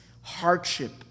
hardship